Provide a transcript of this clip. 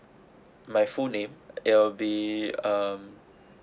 my full name it will be um